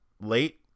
late